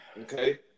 Okay